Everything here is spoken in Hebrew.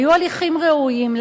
היו הליכים ראויים.